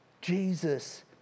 Jesus